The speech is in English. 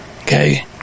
Okay